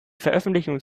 veröffentlichungen